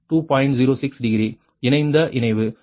06 degree இணைந்த இணைவு இது மைனஸ் 0